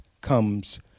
comes